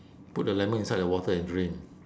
put the lemon inside the water and drink